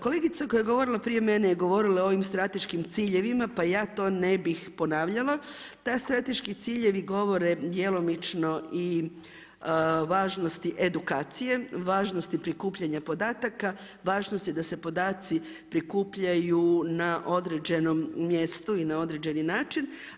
Kolegica koja je govorila prije mene je govorila o ovim strateškim ciljevima, pa ja to ne bih ponavljala, ta strateški ciljevi govore djelomično i važnosti edukacije, važnosti prikupljanje podataka, važnosti da se podaci prikupljaju na određenom mjestu i na određeni način.